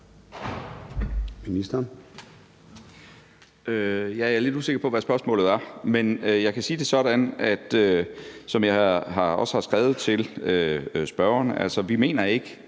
Jeg er lidt usikker på, hvad spørgsmålet var. Men jeg kan sige, sådan som jeg også har skrevet det til spørgeren, at vi ikke